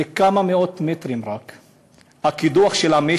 זה רק כמה מאות מטרים מהקידוח של מי